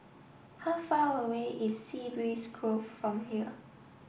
how far away is Sea Breeze Grove from here